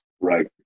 Right